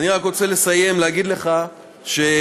אני רק רוצה לסיים ולהגיד לך שאנחנו